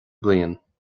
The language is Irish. bliain